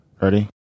Ready